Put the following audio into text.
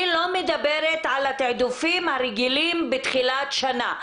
אני לא מדברת על התעדופים הרגילים בתחילת שנה.